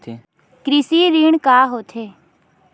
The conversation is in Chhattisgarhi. कृषि ऋण का होथे?